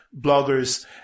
bloggers